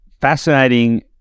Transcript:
fascinating